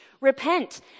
Repent